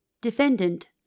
Defendant